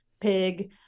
pig